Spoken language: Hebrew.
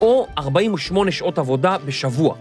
‫או 48 שעות עבודה בשבוע.